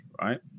right